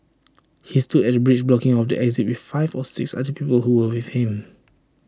he stood at the bridge blocking off the exit with five or six other people who were with him